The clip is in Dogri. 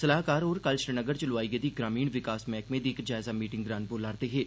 सलाहकार होर कल श्रीनगर च लोआई गेदी ग्रामीण विकास मैह्कमे दी इक जायजा मीटिंग दौरान बोला'रदे हे